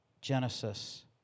Genesis